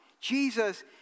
Jesus